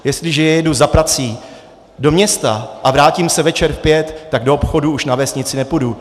Jestliže jedu za prací do města a vrátím se večer v pět, tak do obchodu už na vesnici nepůjdu.